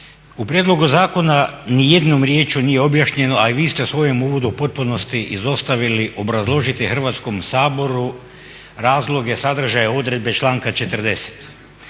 U prijedlogu zakona nijednom rječju nije objašnjeno, a i vi ste u svojem uvodu u potpunosti izostavili obrazložiti Hrvatskom saboru razloge sadržaja odredbe članka 40.